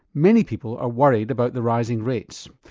many people are worried about the rising rates.